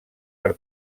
per